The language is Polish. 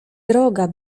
droga